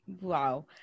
Wow